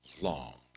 long